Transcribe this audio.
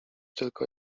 tylko